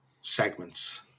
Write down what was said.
segments